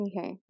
Okay